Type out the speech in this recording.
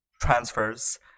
transfers